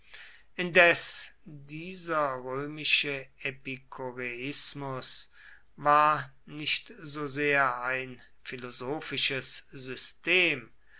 indes dieser römische epikureismus war nicht so sehr ein philosophisches system